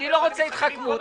אני לא רוצה התחכמות.